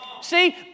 See